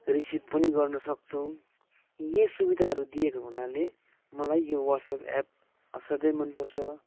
receive पनि गर्न सक्छौँ यो सुविधाहरू दिएको हुनाले मलाई यो व्हाट्सएप एप असाध्यै मन पर्छ